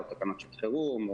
או תקנות שעות חרום,